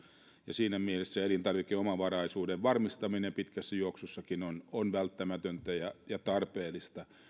ja siinä mielessä elintarvikeomavaraisuuden varmistaminen pitkässä juoksussakin on on välttämätöntä ja ja tarpeellista